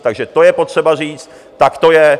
Takže to je potřeba říct, tak to je!